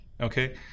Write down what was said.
okay